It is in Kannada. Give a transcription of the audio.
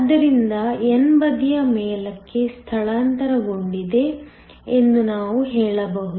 ಆದ್ದರಿಂದ n ಬದಿಯ ಮೇಲಕ್ಕೆ ಸ್ಥಳಾಂತರಗೊಂಡಿದೆ ಎಂದು ನಾವು ಹೇಳಬಹುದು